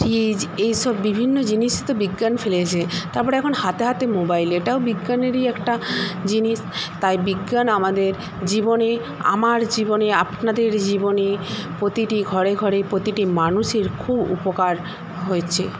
fridge এইসব বিভিন্ন জিনিসই তো বিজ্ঞান ফেলেছে তারপর এখন হাতে হাতে মোবাইল এটাও বিজ্ঞানেরই একটা জিনিস তাই বিজ্ঞান আমাদের জীবনে আমার জীবনে আপনাদের জীবনে প্রতিটি ঘরে ঘরে প্রতিটি মানুষের খুব উপকার হয়েছে